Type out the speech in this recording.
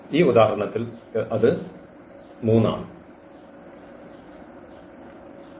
ഈ ഉദാഹരണത്തിൽ ഇത് 3 ആണ്